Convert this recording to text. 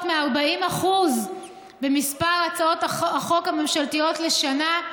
מ-40% במספר הצעות החוק הממשלתיות לשנה,